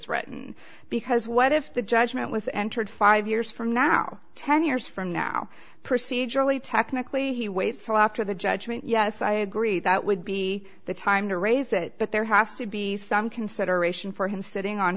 threatened because what if the judgment was entered five years from now ten years from now procedurally technically he waits till after the judgment yes i agree that would be the time to raise that but there has to be some consideration for him sitting on